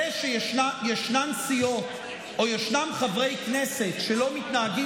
זה שישנן סיעות או ישנם חברי כנסת שלא מתנהגים